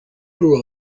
grew